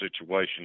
situation